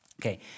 Okay